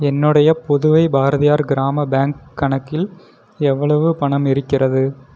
என்னுடைய புதுவை பாரதியார் கிராம பேங்க் கணக்கில் எவ்வளவு பணம் இருக்கிறது